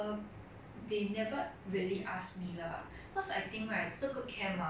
如果 no matter how engaging we are right if 他们不要 participate then